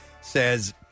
says